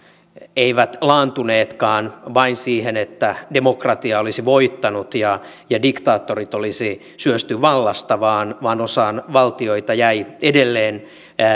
eivät laantuneetkaan vain siihen että demokratia olisi voittanut ja ja diktaattorit olisi syösty vallasta vaan vaan osaan valtioita jäi edelleen